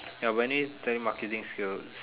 ya we need telemarketing skills